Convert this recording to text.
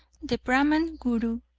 the brahman guru,